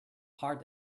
hard